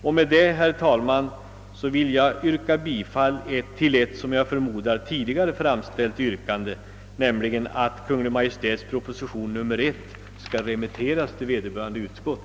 Därmed vill jag, herr talman, yrka bifall till ett, som jag förmodar, tidigare framställt yrkande, nämligen att Kungl. Maj:ts proposition nr 1 skall remitteras till vederbörande utskott.